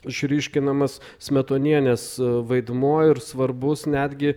išryškinamas smetonienės vaidmuo ir svarbus netgi